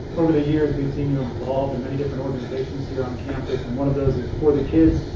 over the years we've seen you involved in many different organizations here on campus and one of those is for the kids.